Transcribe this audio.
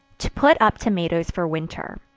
to put up tomatoes for winter.